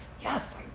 Yes